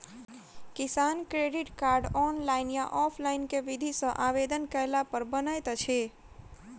किसान credit card, online या offline केँ विधि सँ आवेदन कैला पर बनैत अछि?